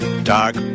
Dark